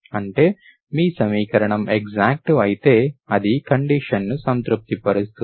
అంటే మీ సమీకరణం ఎక్సాక్ట్ అయితే అది ఈ కండిషన్ ను సంతృప్తి పరుస్తుంది